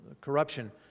corruption